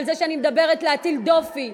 כשאני מדברת על להטיל דופי,